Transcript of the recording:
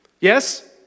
Yes